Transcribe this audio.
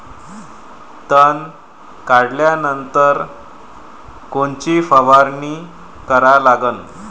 तन काढल्यानंतर कोनची फवारणी करा लागन?